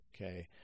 okay